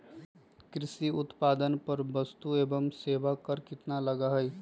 कृषि उत्पादन पर वस्तु एवं सेवा कर कितना लगा हई?